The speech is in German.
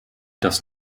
das